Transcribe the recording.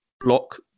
block